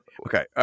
Okay